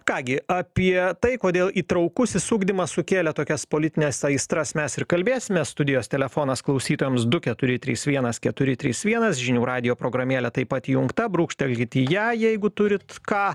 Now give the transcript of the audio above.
ką gi apie tai kodėl įtraukusis ugdymas sukėlė tokias politines aistras mes ir kalbėsimės studijos telefonas klausytojams du keturi trys vienas keturi trys vienas žinių radijo programėlė taip įjungta brūkštelkit į ją jeigu turit ką